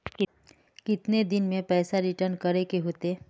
कितने दिन में पैसा रिटर्न करे के होते?